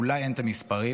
אולי אין את המספרים,